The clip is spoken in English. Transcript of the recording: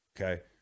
okay